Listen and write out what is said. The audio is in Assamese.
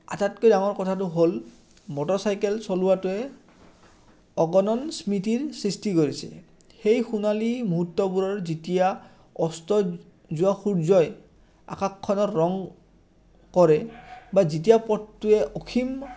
আটাইাতকৈ ডাঙৰ কথাটো হ'ল মটৰচাইকেল চলোৱাটোৱে অগনন স্মৃতিৰ সৃষ্টি কৰিছে সেই সোণালী মুহূৰ্তবোৰৰ যেতিয়া অস্ত যোৱা সূৰ্যই আকাশখনক ৰং কৰে বা যেতিয়া পথটোৱে অসীম